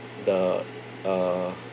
the uh